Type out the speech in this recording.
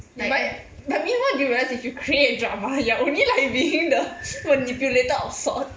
but but meanwhile do you realise if you create drama you are only like being the manipulator of sort